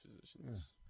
positions